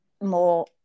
more